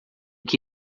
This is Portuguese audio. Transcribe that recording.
que